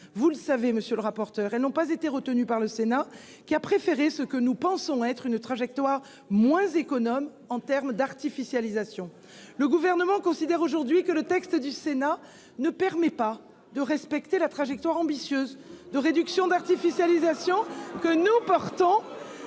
Vous le savez, monsieur le rapporteur, elles n'ont pas été retenues par le Sénat, qui a préféré ce que nous pensons être une trajectoire moins économe en termes d'artificialisation. Le Gouvernement considère aujourd'hui que le texte du Sénat ne permet pas de respecter la trajectoire ambitieuse de réduction de l'artificialisation que nous portons.